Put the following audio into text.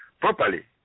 properly